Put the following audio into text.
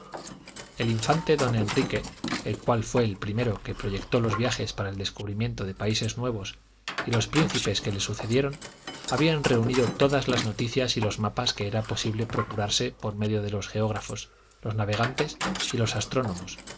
el infante d enrique el cual fué el primero que proyectó los viajes para el descubrimiento de países nuevos y los príncipes que le sucedieron habían reunido todas las noticias y los mapas que era posible procurarse por medio de los geógrafos los navegantes y los astrónomos